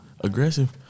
aggressive